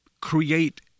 create